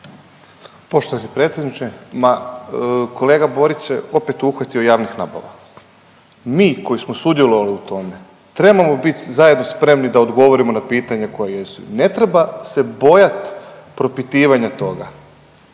Poštovani predsjedniče, ma kolega Borić se opet uhvatio javnih nabava. Mi koji smo sudjelovali u tome, trebamo bit zajedno spremni da odgovorimo na pitanja koja jesu, ne treba se bojat propitivanja toga.